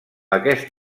aquest